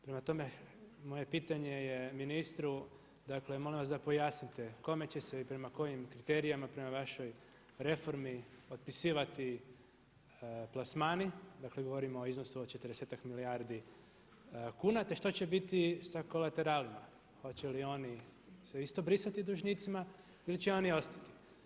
Prema tome, moje pitanje je ministru, molim vas da pojasnite kome će se i prema kojim kriterijima prema vašoj reformi otpisivati plasmani, dakle govorimo o iznosu o 40-ak milijardi kuna, te što će biti sa kolateralama, hoće li oni se isto brisati dužnicima ili će oni ostati?